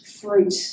fruit